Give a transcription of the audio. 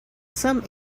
some